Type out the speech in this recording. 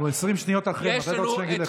אנחנו 20 שניות אחרי, מתי אתה רוצה שאני אגיד לך?